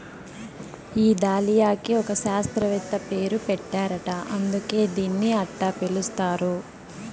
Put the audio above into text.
ఈ దాలియాకి ఒక శాస్త్రవేత్త పేరు పెట్టారట అందుకే దీన్ని అట్టా పిలుస్తారు